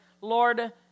Lord